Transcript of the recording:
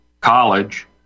College